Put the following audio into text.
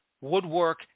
Woodwork